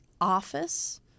office